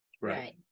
Right